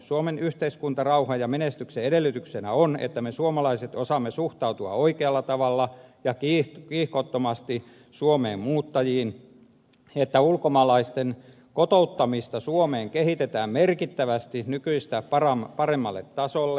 suomen yhteiskuntarauhan ja menestyksen edellytyksenä on että me suomalaiset osaamme suhtautua oikealla tavalla ja kiihkottomasti suomeen muuttajiin ja että ulkomaalaisten kotouttamista suomeen kehitetään merkittävästi nykyistä paremmalle tasolle